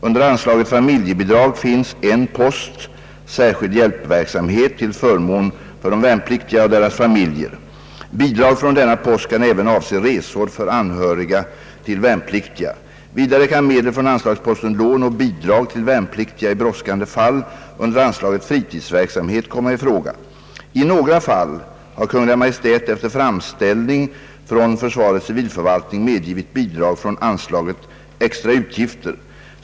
Under anslaget Familjebidrag finns en post Särskild hjälpverksamhet till förmån för de värnpliktiga och deras familjer. Bidrag från denna post kan även avse resor för anhöriga till värnpliktiga. Vidare kan medel från anslagsposten Lån och bidrag till värnpliktiga i brådskande fall under anslaget Fritidsverksamhet komma i fråga. I några fall har Kungl. Maj:t efter framställning från försvarets civilförvaltning medgivit bidrag från anslaget Extra utgifter.